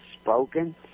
spoken